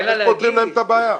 בוא נשמע איך פותרים את הבעיה.